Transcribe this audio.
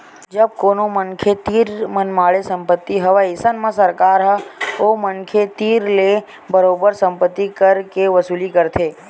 जब कोनो मनखे तीर मनमाड़े संपत्ति हवय अइसन म सरकार ह ओ मनखे तीर ले बरोबर संपत्ति कर के वसूली करथे